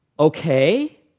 okay